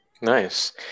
Nice